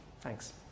Thanks